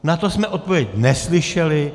Na to jsme odpověď neslyšeli.